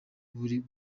muri